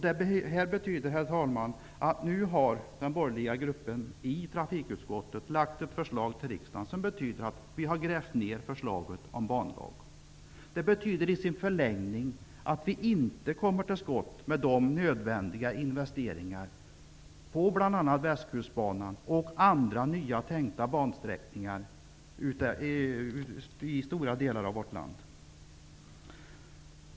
Detta betyder, herr talman, att den borgerliga gruppen i trafikutskottet har lagt fram ett förslag inför riksdagen som innebär att förslaget om en banlag har grävts ned. Det betyder i förlängningen att man inte kommer till skott med de nödvändiga investeringar på bl.a. Västkustbanan och andra tänkta nya bansträckningar i stora delar av vårt land.